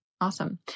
Awesome